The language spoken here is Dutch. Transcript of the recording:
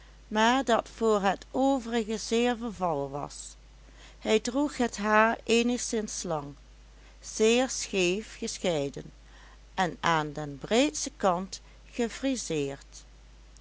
maar dat voor het overige zeer vervallen was hij droeg het haar eenigszins lang zeer scheef gescheiden en aan den breedsten kant gefriseerd